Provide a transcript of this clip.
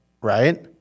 Right